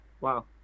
Wow